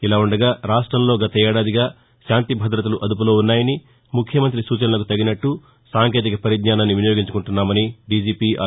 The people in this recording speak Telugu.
ఇదిలా ఉండగా రాష్టంలో గత ఏడాదిగా శాంతి భద్రతలు అదుపులో ఉన్నాయని ముఖ్యమంత్రి సూచనలకు తగినట్ల సాంకేతిక పరిజ్ఞానాన్ని వినియోగించుకుంటున్నామని దీజీపీ ఆర్